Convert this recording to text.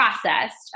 processed